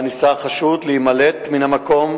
שבמהלכה ניסה החשוד להימלט מן המקום,